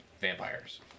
vampires